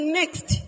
next